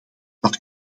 dat